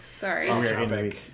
sorry